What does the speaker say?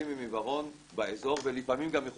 עם עיוורון צריכים או להיות מודרים מתרבות